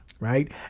Right